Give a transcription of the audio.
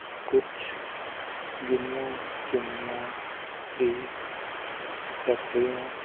ਕੁਛ ਗਿਣੀਆਂ ਚੁਣੀਆਂ ਹੀ ਫੈਕਟਰੀਆਂ